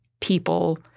people